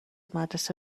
مدرسه